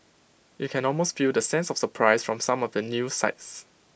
you can almost feel the sense of surprise from some of the news sites